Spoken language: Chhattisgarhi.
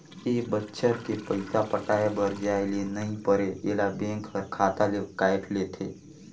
ए बच्छर के पइसा पटाये बर जाये ले नई परे ऐला बेंक हर खाता ले कायट लेथे